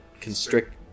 Constrict